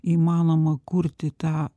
įmanoma kurti tą